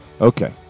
Okay